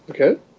Okay